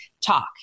talk